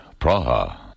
Praha